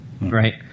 right